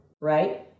Right